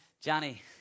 Johnny